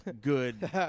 good